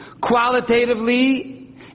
Qualitatively